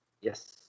Yes